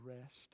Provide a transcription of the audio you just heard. rest